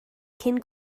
cyn